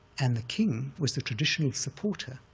and the king was the traditional supporter,